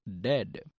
dead